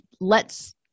lets